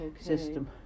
System